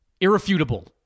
irrefutable